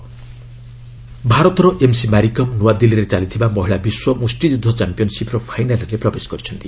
boxing ଭାରତର MC Mary Kom ନୁଆଦିଲ୍ଲୀରେ ଚାଲିଥିବା ମହିଳା ବିଶ୍ୱ ମୁଷ୍ଟିଯୁଦ୍ଧ ଚାମ୍ପିୟନ୍ସିପ୍ର ଫାଇନାଲ୍ରେ ପ୍ରବେଶ କରିଛନ୍ତି